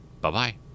Bye-bye